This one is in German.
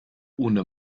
ohne